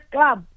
Club